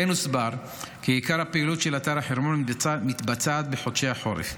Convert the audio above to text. כמו כן הוסבר כי עיקר הפעילות של אתר החרמון מתבצעת בחודשי החורף.